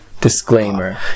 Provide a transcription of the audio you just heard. Disclaimer